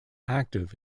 active